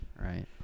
Right